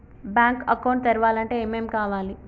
Bank account తెరవాలంటే ఏమేం కావాలి?